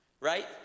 right